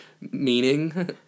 Meaning